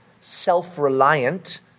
self-reliant